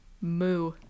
moo